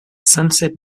sunset